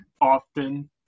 often